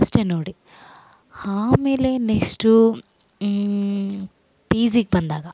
ಅಷ್ಟೇ ನೋಡಿ ಆಮೇಲೆ ನೆಕ್ಸ್ಟು ಪಿ ಜಿಗೆ ಬಂದಾಗ